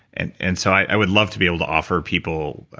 and and so i would love to be able to offer people,